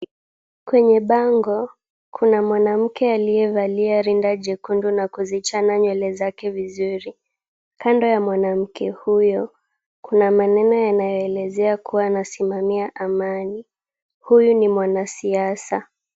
Kwenye bango, kuna mwanamke aliyevalia rinda jekundu na kuzichana nywele zake vizuri. Kando ya mwanamke huyu kuna maelezo yanayoelezea kuwa nasimamia amani, huyu ni mwanasiasa.